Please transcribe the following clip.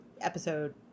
episode